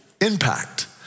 impact